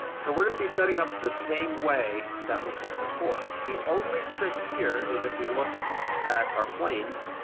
so we're gonna be setting up the same way that we set before. the only trick here is if we look at our planes,